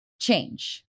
change